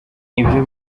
ibyo